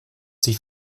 sich